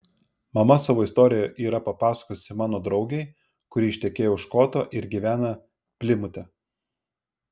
mama savo istoriją yra papasakojusi mano draugei kuri ištekėjo už škoto ir gyvena plimute